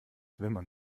wimmern